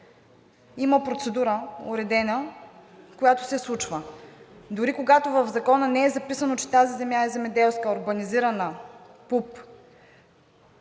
има уредена процедура, която се случва. Дори, когато в Закона не е записано, че тази земя е земеделска, урбанизирана, ПУП,